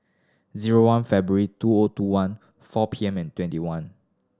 zero one February two O two one four P M and twenty one